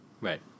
Right